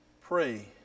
Pray